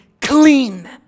clean